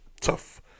Tough